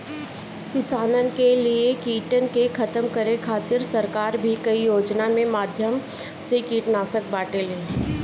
किसानन के लिए कीटन के खतम करे खातिर सरकार भी कई योजना के माध्यम से कीटनाशक बांटेले